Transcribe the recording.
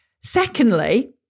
Secondly